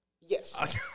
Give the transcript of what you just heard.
Yes